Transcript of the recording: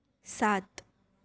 સાત